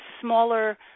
smaller